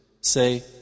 Say